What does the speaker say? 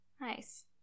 Nice